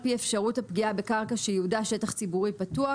פי אפשרות הפגיעה בקרקע שייעודה שטח ציבורי פתוח,